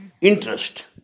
interest